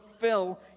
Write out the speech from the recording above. fulfill